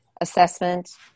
assessment